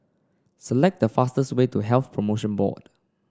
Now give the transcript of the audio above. select the fastest way to Health Promotion Board